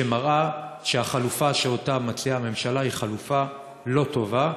שמראה שהחלופה שמציעה הממשלה היא חלופה לא טובה.